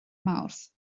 mawrth